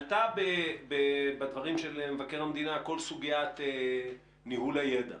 בדברי מבקר המדינה עלתה כל סוגיית ניהול הידע